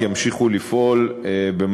אין לנו רוב.